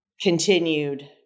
continued